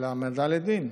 על העמדה לדין.